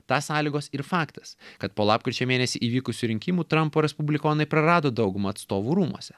tą sąlygos ir faktas kad po lapkričio mėnesį įvykusių rinkimų trampo respublikonai prarado daugumą atstovų rūmuose